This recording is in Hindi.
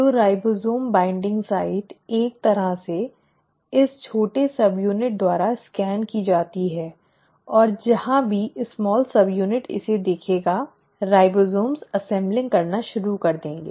तो राइबोसोम बाइंडिंग साइट एक तरह से इस छोटे सबयूनिट द्वारा स्कैन की जाती है और जहां भी छोटे सबयूनिट इसे देखेगा राइबोसोम असेंबल करना शुरू कर देंगे